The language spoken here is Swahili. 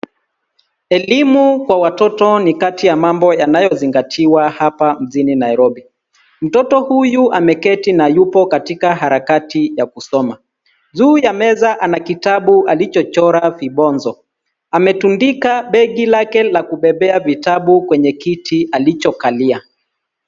Elimu kwa watoto ni kati ya mambo yanayozingatia hapa mjini Nairobi. Mtoto huyu ameketi na yupo katika harakati ya kusoma. Juu ya meza ana kitabu alichochora vibonzo, ametundika begi lake la kubebea vitabu kwenye kiti alichokalia.